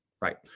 Right